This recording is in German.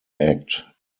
act